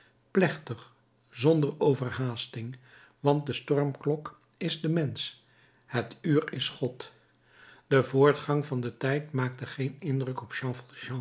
plechtig zonder overhaasting want de stormklok is de mensch het uur is god de voortgang van den tijd maakte geen indruk op jean